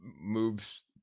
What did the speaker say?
moves